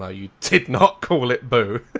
ah you did not call it boo